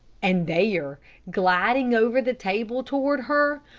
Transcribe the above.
and there, gliding over the table toward her,